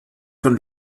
von